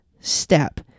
step